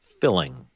filling